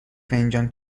فنجان